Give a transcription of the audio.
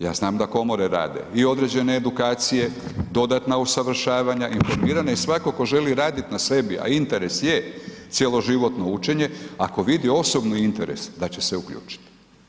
Ja znam da komore rade i određene edukacije, dodatna usavršavanja, ... svatko tko želi radit na sebi a interes je cjeloživotno učenje, ako vidi osobni interes da će se uključiti.